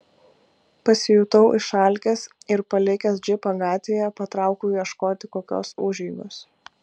pasijutau išalkęs ir palikęs džipą gatvėje patraukiau ieškoti kokios užeigos